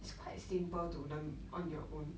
it's quite simple to learn on your own